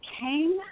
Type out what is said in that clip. came